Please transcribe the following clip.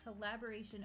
collaboration